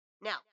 Now